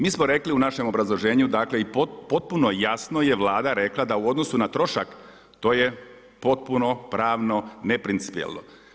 Mi smo rekli u našem obrazloženju dakle i potpuno jasno je Vlada rekla da u odnosu na trošak, to je potpuno pravno neprincipijelno.